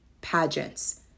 pageants